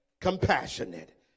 compassionate